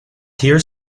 here